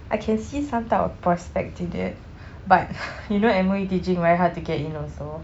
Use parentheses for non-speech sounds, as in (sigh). I can see some type of prospect to that but (noise) you know M_O_E teaching very hard to get in also